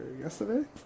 yesterday